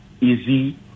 easy